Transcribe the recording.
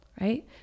right